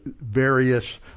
various